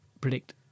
predict